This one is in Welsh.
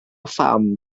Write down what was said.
pham